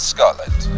Scotland